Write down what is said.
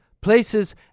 places